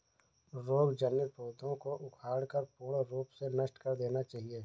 रोग जनित पौधों को उखाड़कर पूर्ण रूप से नष्ट कर देना चाहिये